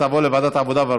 תודה רבה.